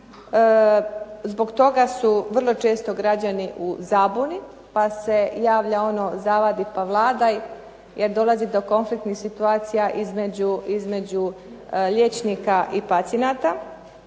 Zbog toga su vrlo često građani u zabuni, pa se javlja ono zavadi pa vladaj, jer dolazi do konfliktnih situacija između liječnika i pacijenata.